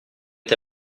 est